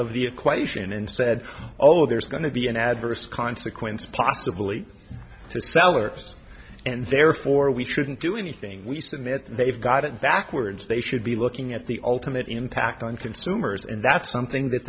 of the equation and said oh there's going to be an adverse consequence possibly to sellers and therefore we shouldn't do anything we submit that they've got it backwards they should be looking at the ultimate impact on consumers and that's something that